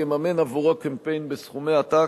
יממן עבורו קמפיין בסכומי עתק.